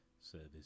service